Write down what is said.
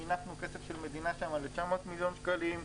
מינפנו כסף של מדינה שם ל-900 מיליון שקלים.